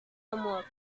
amor